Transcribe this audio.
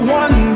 one